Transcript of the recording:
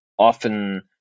often